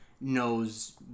knows